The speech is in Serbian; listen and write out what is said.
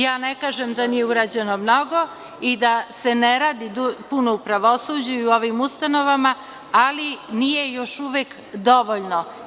Ja ne kažem da nije urađeno mnogo i da se ne radi puno u pravosuđu i u ovim ustanovama, ali nije još uvek dovoljno.